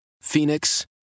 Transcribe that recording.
Phoenix